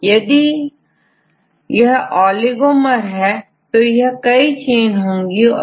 दो मॉलिक्यूल मिलकरdimer बनाते हैं यह कार्य की दृष्टि से विशेष महत्वपूर्ण है